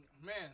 Man